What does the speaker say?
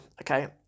okay